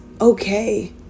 okay